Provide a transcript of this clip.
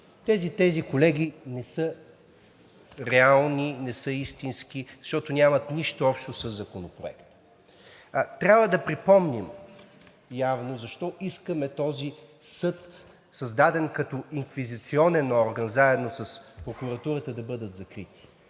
Тези, колеги, не са реални, не са истински, защото нямат нищо общо със Законопроекта. Трябва да припомним явно защо искаме този съд, създаден като инквизиционен орган, заедно с прокуратурата да бъдат закрити.